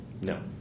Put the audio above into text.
No